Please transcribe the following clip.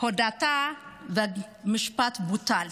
הודאתה והמשפט בוטל.